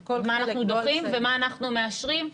מה אנחנו דוחים ומה אנחנו מאשרים,